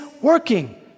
working